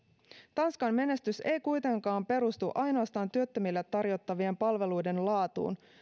tanskan menestys ei ei kuitenkaan perustu ainoastaan työttömille tarjottavien palveluiden laatuun